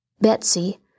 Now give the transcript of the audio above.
Betsy